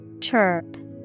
Chirp